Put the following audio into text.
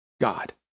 God